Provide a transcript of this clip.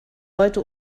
heute